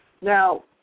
Now